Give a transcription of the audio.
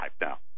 now